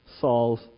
Saul's